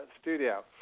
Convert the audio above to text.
studio